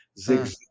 Zig